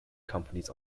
companies